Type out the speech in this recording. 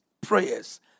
prayers